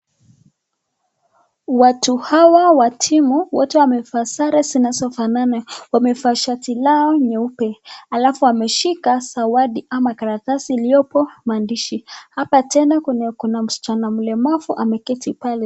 Watu hawa wa timu wote wamevaa sare zinazofanana wamevaa shati lao nyeupe alafu wameshika zawadi ama karatasi iliyopo maandishi, hapa tena kuna msichana mlemavu ameketi pale.